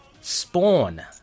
Spawn